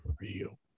real